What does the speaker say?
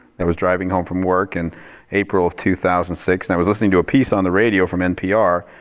i was driving home from work in april of two thousand and six, and i was listening to a piece on the radio from npr.